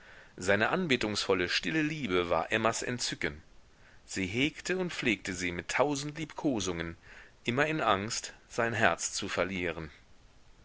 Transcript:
seine anbetungsvolle stille liebe war emmas entzücken sie hegte und pflegte sie mit tausend liebkosungen immer in angst sein herz zu verlieren